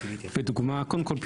קודם כל,